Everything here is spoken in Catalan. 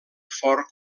fort